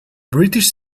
british